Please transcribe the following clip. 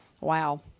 wow